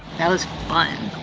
that was fun,